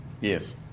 Yes